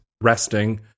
resting